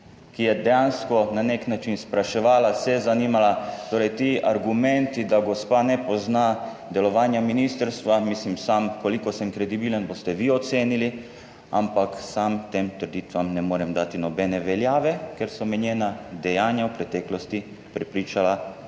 ki je dejansko na nek način spraševala, se zanimala. Torej ti argumenti, da gospa ne pozna delovanja ministrstva, mislim, sam kolikor sem kredibilen boste vi ocenili, ampak sam tem trditvam ne morem dati nobene veljave, ker so me njena dejanja v preteklosti prepričala v